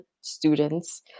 students